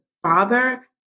father